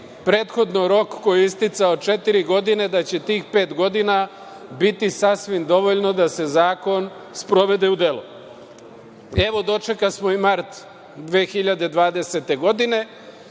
prethodni rok koji je isticao od četiri godine, da će tih pet godina biti sasvim dovoljno da se zakon sprovede u delo. Evo, dočekasmo i mart 2020. godine